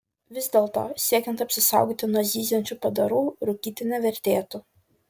vis dėlto siekiant apsisaugoti nuo zyziančių padarų rūkyti nevertėtų